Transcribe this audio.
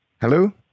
Hello